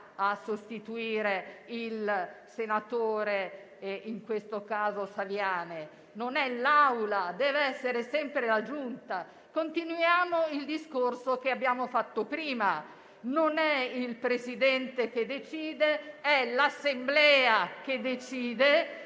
a sostituire un senatore, in questo caso il senatore Saviane. Non è l'Aula; deve essere sempre la Giunta. Continuiamo il discorso che abbiamo fatto prima. Non è il Presidente che decide; è l'Assemblea che decide,